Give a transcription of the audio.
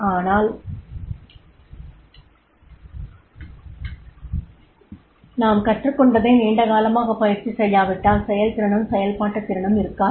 ஆனால் நாம் கற்றுக்கொண்டதை நீண்ட காலமாக பயிற்சி செய்யாவிட்டால் செயல்திறனும் செயல்பாட்டுத்திறனும் இருக்காது